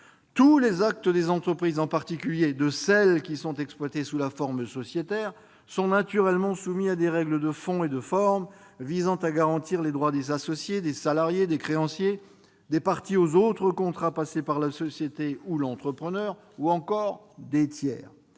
Tous les actes des entreprises, en particulier ceux des entreprises qui sont exploitées sous la forme sociétaire, sont naturellement soumis à des règles de fond et de forme visant à garantir les droits des associés, des salariés, des créanciers, des parties aux autres contrats passés par la société ou l'entrepreneur, ou encore des tiers.